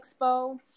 Expo